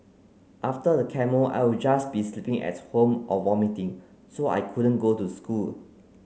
after the chemo I'll just be sleeping at home or vomiting so I couldn't go to school